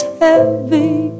heavy